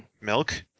Milk